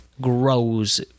grows